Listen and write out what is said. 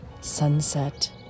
sunset